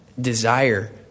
desire